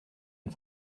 and